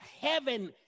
heaven